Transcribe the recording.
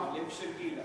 הלב של גילה.